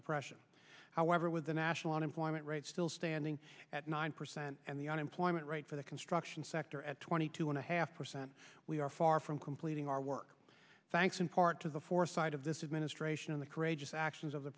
depression however with the national unemployment rate still standing at nine percent and the unemployment rate for the construction sector at twenty two and a half percent we are far from completing our work thanks in part to the four side of this administration in the courageous actions of the